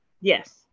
Yes